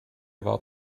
war